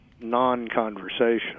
non-conversation